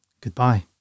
Goodbye